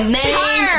name